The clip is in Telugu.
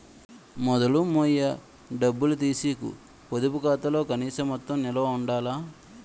మొదలు మొయ్య డబ్బులు తీసీకు పొదుపు ఖాతాలో కనీస మొత్తం నిలవ ఉండాల